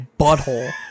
butthole